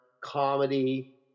comedy